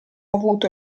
avuto